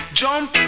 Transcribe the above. jump